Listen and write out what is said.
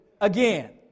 again